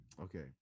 okay